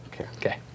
Okay